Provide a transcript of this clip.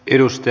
edusti